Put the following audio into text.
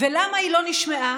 למה היא לא נשמעה?